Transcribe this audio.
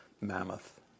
mammoth